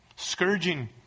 scourging